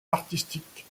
artistique